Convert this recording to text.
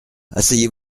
asseyez